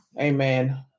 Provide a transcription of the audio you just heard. Amen